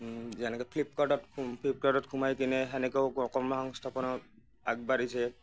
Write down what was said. যেনেকে ফ্লিপকাৰ্টত ফ্লিপকাৰ্টত সোমাই কিনে সেনেকেও কৰ্ম সংস্থাপনত আগবাঢ়িছে